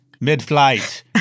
mid-flight